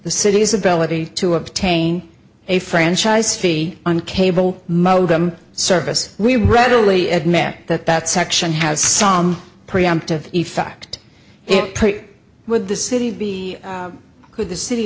the city's ability to obtain a franchise fee on cable modem service we readily admit that that section has some preemptive effect with the city could the city